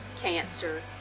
cancer